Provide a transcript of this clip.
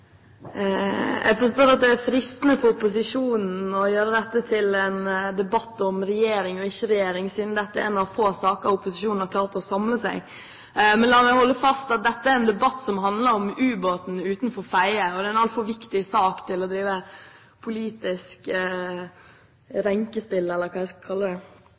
fristende for opposisjonen å gjøre dette til en debatt om regjering og ikke regjering, siden dette er en av få saker opposisjonen har klart å samle seg om. La meg holde fast ved at dette er en debatt som handler om ubåten utenfor Fedje. Det er en altfor viktig sak til å drive politisk renkespill, eller hva jeg skal kalle det.